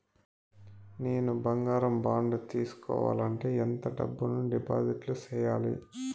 నేను బంగారం బాండు తీసుకోవాలంటే ఎంత డబ్బును డిపాజిట్లు సేయాలి?